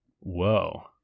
Whoa